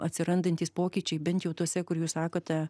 atsirandantys pokyčiai bent jau tose kur jūs sakote